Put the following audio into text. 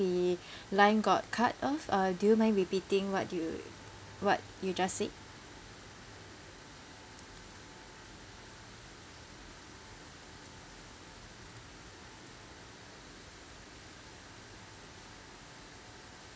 the line got cut off uh do you mind repeating what you what you just said